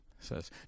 Says